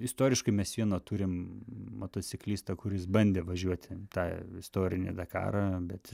istoriškai mes turim motociklistą kuris bandė važiuoti tą istorinį dakarą bet